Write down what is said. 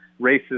racist